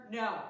no